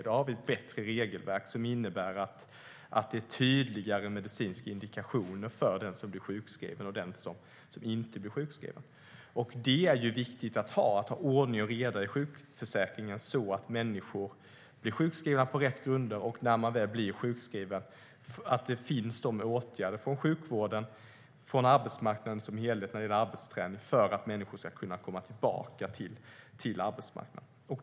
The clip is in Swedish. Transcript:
Vi har ett bättre regelverk med tydligare medicinska indikationer för den som blir sjukskriven och den som inte blir sjukskriven. Det är viktigt att ha ordning och reda i sjukförsäkringen så att människor blir sjukskrivna på rätt grunder. Och när man väl blir sjukskriven ska det finnas åtgärder från sjukvården och arbetsmarknaden när det gäller arbetsträning för att människor ska kunna komma tillbaka till arbetsmarknaden.